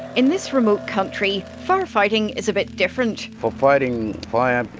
in this remote country, firefighting is a bit different. for fighting fires